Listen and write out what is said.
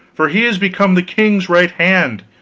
for he is become the king's right hand,